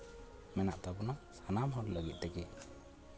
ᱢᱮᱱᱟᱜ ᱛᱟᱵᱳᱱᱟ ᱥᱟᱱᱟᱢ ᱦᱚᱲ ᱞᱟᱹᱜᱤᱫ ᱛᱮᱜᱮ